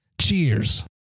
Cheers